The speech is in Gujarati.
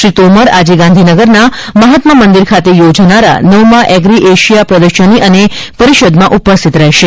શ્રી તોમર આજે ગાંધીનગરના મહાત્મા મંદિર ખાતે યોજાનારા નવમાં એગ્રી એશિયા પ્રદર્શની અને પરિષદમાં ઉપસ્થિત રહેશે